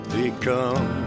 become